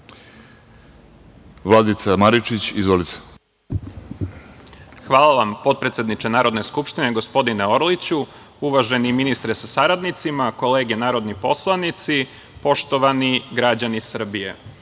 **Vladica Maričić** Hvala vam, potpredsedniče Narodne skupštine, gospodine Orliću. Uvaženi ministre sa saradnicima, kolege narodni poslanici, poštovani građani Srbije,